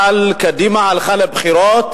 נכון, אבל קדימה הלכה לבחירות,